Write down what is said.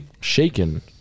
Shaken